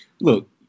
look